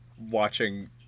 watching